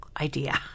idea